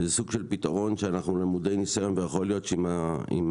זה סוג של פתרון שאנחנו למודי ניסיון ויכול להיות שעם מנכ"ל